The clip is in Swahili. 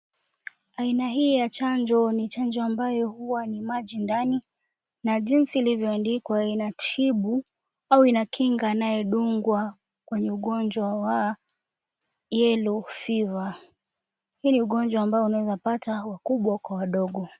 Aina hii ya chanjo, ni chanjo ambayo huwa ni maji ndani na jinsi ilivyoandikwa inatibu au inakinga anyedungwa mwenye ugonjwa wa Yellow Fever, ugonjwa ambayo inawapata wakubwa kwa wadogo.